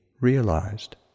realized